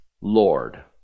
Lord